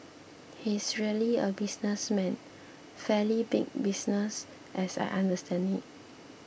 he's really a businessman fairly big business as I understand it